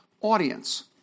audience